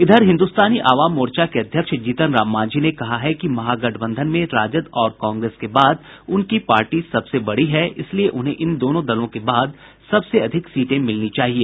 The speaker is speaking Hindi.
इधर हिन्दुस्तानी अवाम मोर्चा के अध्यक्ष जीतन राम मांझी ने कहा है कि महागठबंधन में राजद और कांग्रेस के बाद उनकी पार्टी सबसे बड़ी है इसलिए उन्हें इन दोनों दलों के बाद सबसे अधिक सीटें मिलनी चाहिए